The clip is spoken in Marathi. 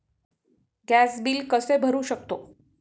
गॅस बिल कसे भरू शकतो?